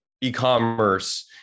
e-commerce